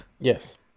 Yes